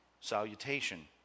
salutation